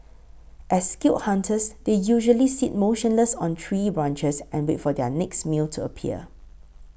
as skilled hunters they usually sit motionless on tree branches and wait for their next meal to appear